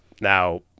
Now